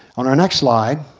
on our next slide.